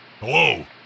Hello